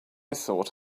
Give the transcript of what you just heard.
thought